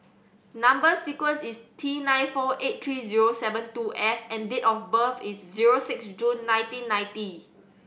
number sequence is T nine four eight three zero seven two F and date of birth is zero six June nineteen ninety